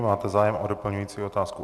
Máte zájem o doplňující otázku?